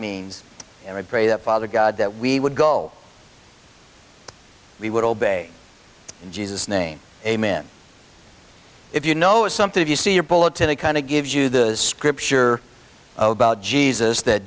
means and i pray that father god that we would go we would obey jesus name amen if you know something if you see your bullet in a kind of gives you the scripture about jesus that